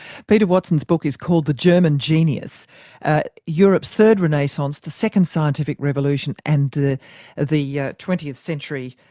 peter watson's book is called the german genius europe's third renaissance, the second scientific revolution and the the yeah twentieth century.